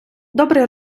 добрий